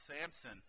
Samson